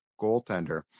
goaltender